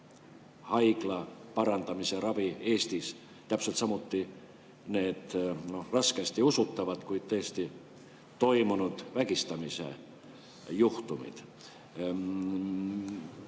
haiglaravi Eestis, täpselt samuti need raskesti usutavad, kuid tõesti toimunud vägistamisjuhtumid.